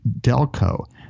Delco